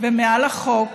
ומעל החוק